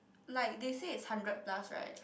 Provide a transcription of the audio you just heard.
like they say it's hundred plus right